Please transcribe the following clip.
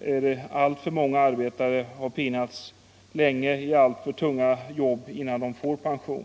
är det alltför många arbetare som har pinats alltför länge i ofta tunga jobb innan de får pension.